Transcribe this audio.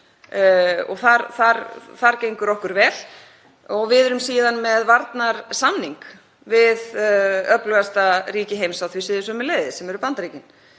og þar gengur okkur vel. Við erum síðan með varnarsamning við öflugasta ríki heims á því sviði, sem eru Bandaríkin.